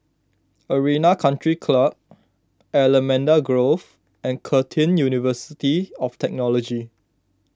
Arena Country Club Allamanda Grove and Curtin University of Technology